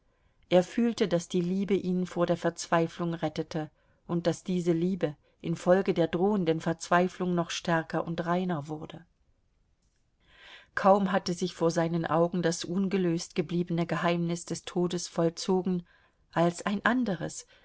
er fühlte daß die liebe ihn vor der verzweiflung rettete und daß diese liebe infolge der drohenden verzweiflung noch stärker und reiner wurde kaum hatte sich vor seinen augen das ungelöst gebliebene geheimnis des todes vollzogen als ein anderes